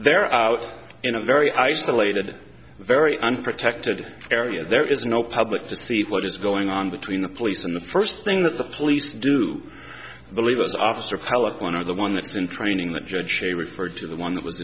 they're out in a very isolated very unprotected area there is no public to see what is going on between the police and the first thing that the police do believe us officer pelican or the one that is in training the judge they refer to the one that was